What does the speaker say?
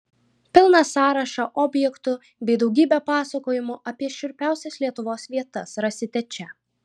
pilną sąrašą objektų bei daugybę pasakojimų apie šiurpiausias lietuvos vietas rasite čia